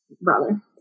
brother